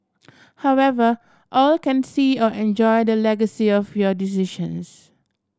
however all can see or enjoy the legacy of your decisions